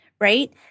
right